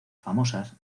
famosas